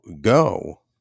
go